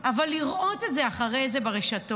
אבל לראות את זה אחרי זה ברשתות?